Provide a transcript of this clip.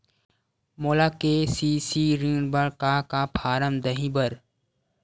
मोला के.सी.सी ऋण बर का का फारम दही बर?